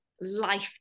life